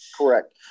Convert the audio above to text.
Correct